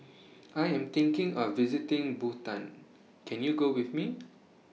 I Am thinking of visiting Bhutan Can YOU Go with Me